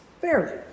fairly